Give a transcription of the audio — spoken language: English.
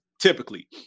typically